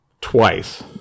twice